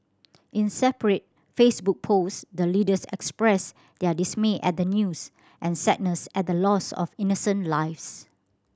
in separate Facebook post the leaders expressed their dismay at the news and sadness at the loss of innocent lives